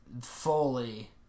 fully